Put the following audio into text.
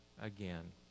again